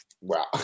Wow